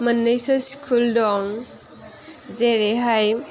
मोननैसो स्कुल दं जेरैहाय